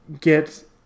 get